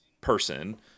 person